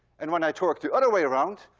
and when i torque the other way around,